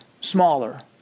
smaller